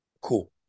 Cool